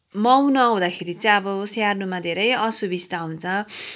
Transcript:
माउ नहुँदाखेरि चाहिँ अब स्याहार्नुमा धेरै असुबिस्ता हुन्छ